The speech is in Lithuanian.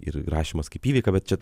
ir rašymas kaip įvyka bet čia